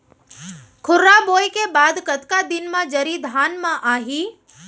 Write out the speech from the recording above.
खुर्रा बोए के बाद कतका दिन म जरी धान म आही?